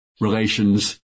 relations